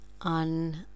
on